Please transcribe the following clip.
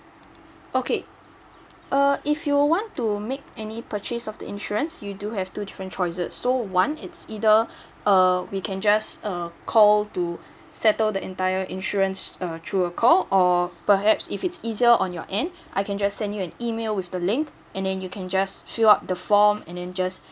okay err if you want to make any purchase of the insurance you do have two different choices so one it's either err we can just uh call to settle the entire insurance uh through a call or perhaps if it's easier on your end I can just send you an email with the link and then you can just fill up the form and then just